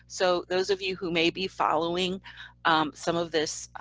so those of you who may be following some of this,